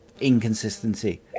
inconsistency